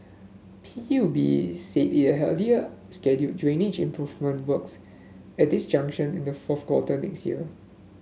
P U B said it had earlier scheduled drainage improvement works at this junction in the fourth quarter next year